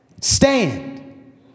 stand